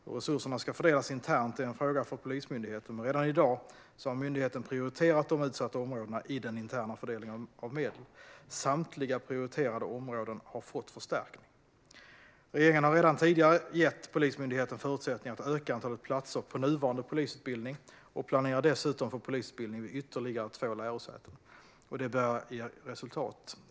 Hur resurserna ska fördelas internt är en fråga för Polismyndigheten, men redan i dag har myndigheten prioriterat de utsatta områdena i den interna fördelningen av medel. Samtliga prioriterade områden har fått förstärkning. Regeringen har redan tidigare gett Polismyndigheten förutsättningar att öka antalet platser på nuvarande polisutbildning och planerar dessutom för polisutbildning vid ytterligare två lärosäten. Det börjar ge resultat.